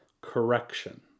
correction